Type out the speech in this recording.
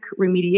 remediation